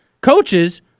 coaches